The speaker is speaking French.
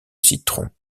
citron